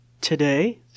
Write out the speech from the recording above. Today